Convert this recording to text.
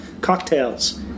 Cocktails